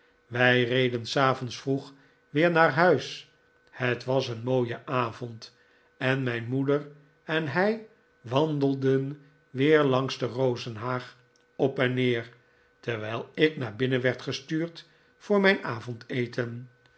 wij reden s avonds vroeg weer naar huis het was een mooie avond en mijn moeder en hij wandelden weer langs de rozenhaag op en neer terwijl ik naar binnen werd gestuurd voor mijn avondeten